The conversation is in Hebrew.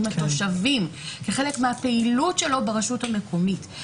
עם התושבים כחלק מהפעילות שלו ברשות המקומית.